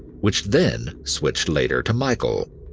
which then switched later to michael.